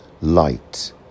light